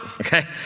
Okay